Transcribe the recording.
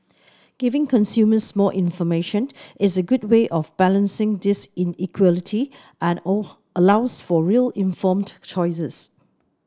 giving consumers more information is a good way of balancing this inequality and all allows for real informed choices